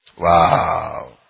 Wow